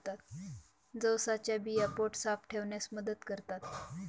जवसाच्या बिया पोट साफ ठेवण्यास मदत करतात